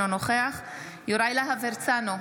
אינו נוכח יוראי להב הרצנו,